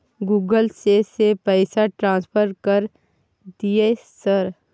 Google से से पैसा ट्रांसफर कर दिय सर?